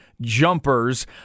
jumpers